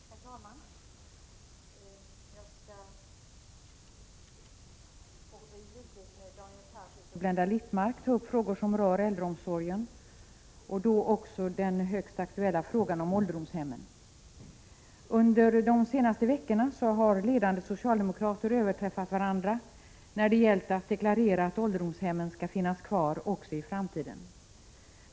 Herr talman! Jag skall i likhet med Daniel Tarschys och Blenda Littmarck ta upp frågor som rör äldreomsorgen och då också den högst aktuella frågan om ålderdomshemmen. Under de senaste veckorna har ledande socialdemokrater överträffat varandra när det gällt att deklarera att ålderdomshemmen skall finnas kvar också i framtiden.